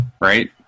right